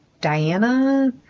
Diana